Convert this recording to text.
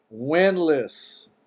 Winless